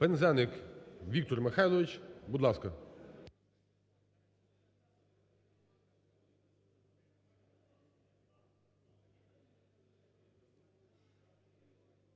Пинзеник Віктор Михайлович, будь ласка.